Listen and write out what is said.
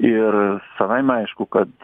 ir savaime aišku kad